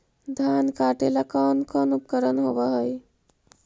धान काटेला कौन कौन उपकरण होव हइ?